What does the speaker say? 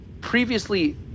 previously